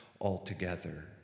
altogether